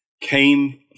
came